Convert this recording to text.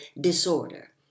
disorder